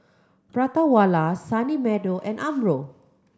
Prata Wala Sunny Meadow and Umbro